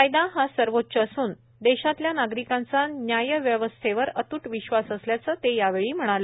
कायदा हा सर्वोच्च असून देशातल्या नागरिकांचा न्यायव्यवस्थेवर अतूट विश्वास असल्याचं ते यावेळी म्हणाले